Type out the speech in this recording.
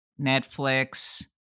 Netflix